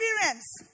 experience